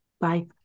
Bye